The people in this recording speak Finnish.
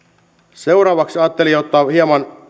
seuraavaksi ajattelin myöskin ottaa hieman